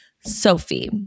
Sophie